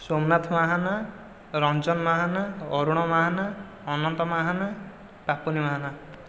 Somnath Mahana Ranjan Mahana Arun Mahana Ananta Mahana Papuni Mahana